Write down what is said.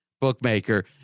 bookmaker